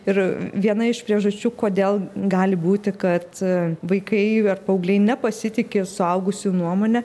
ir viena iš priežasčių kodėl gali būti kad vaikai ar paaugliai nepasitiki suaugusių nuomone